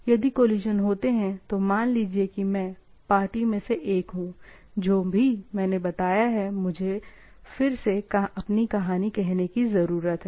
यदि कोलिशन होते हैं तो मान लीजिए कि मैं पार्टी में से एक हूं जो भी मैंने बताया है मुझे फिर से अपनी कहानी कहने की जरूरत है